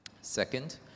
Second